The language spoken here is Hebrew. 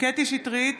קטי קטרין שטרית,